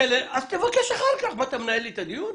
אתה לא מנהל לי את הדיון.